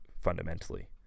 fundamentally